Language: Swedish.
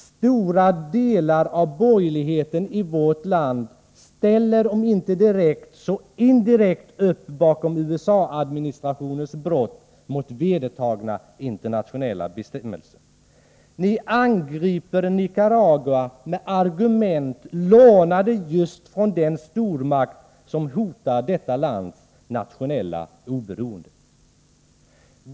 Stora delar av borgerligheten i vårt land ställer upp, om inte direkt så indirekt, bakom USA-administrationens brott mot vedertagna internationella bestämmelser. Ni angriper Nicaragua med argument lånade från just den stormakt som hotar detta lands nationella oberoende.